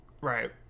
Right